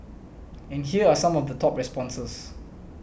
and here are some of the top responses